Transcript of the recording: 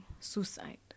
suicide